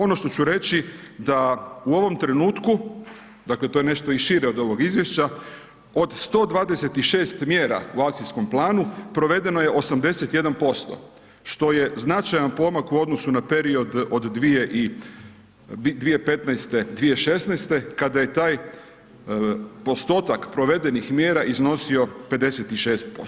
Ono što ću reći da, u ovom trenutku, dakle, to je nešto i šire od ovog izvješća, od 126 mjera u akcijskom planu, provedeno je 81%, što je značajan pomak u odnosu na period od 2015., 2016. kada je taj postotak provedenih mjera iznosio 56%